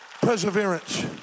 Perseverance